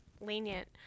lenient